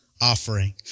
offering